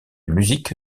musique